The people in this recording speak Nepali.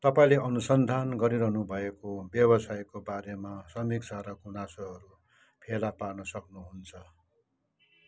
तपाईँले अनुसन्धान गरिरहनुभएको व्यवसायको बारेमा समीक्षा र गुनासोहरू फेला पार्न सक्नुहुन्छ